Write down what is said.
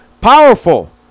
Powerful